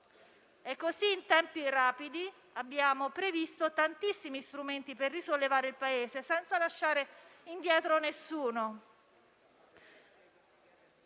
Allo stesso modo abbiamo previsto tantissimi strumenti per risollevare il Paese, senza lasciare indietro nessuno.